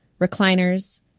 recliners